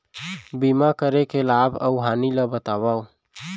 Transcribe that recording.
बीमा करे के लाभ अऊ हानि ला बतावव